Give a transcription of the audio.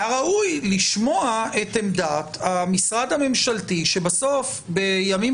היה ראוי לשמוע את עמדת המשרד הממשלתי שבסוף בימים